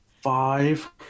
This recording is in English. five